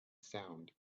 sound